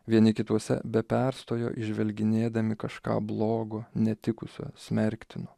vieni kituose be perstojo įžvelginėdami kažką blogo netikusio smerktino